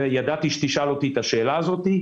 ידעתי שתשאל אותי את השאלה הזאת.